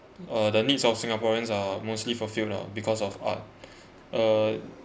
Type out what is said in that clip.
uh the needs of singaporeans are mostly fulfilled now because of art uh